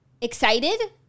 Excited